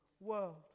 world